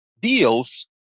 deals